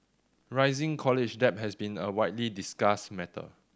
rising college debt has been a widely discussed matter